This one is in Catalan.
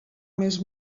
més